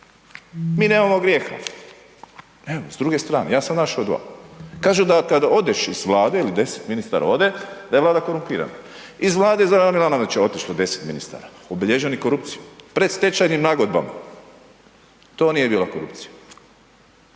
mi nemamo grijeha. Evo s druge strane ja sam našao dva, kažu kada odeš iz vlade ili 10 ministara ode da je vlada korumpirana. Iz vlade Zorana Milanovića otišlo je 10 ministara obilježenih korupcijom, predstečajnim nagodbama to nije bila korupcija.